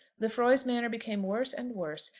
lefroy's manner became worse and worse,